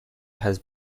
has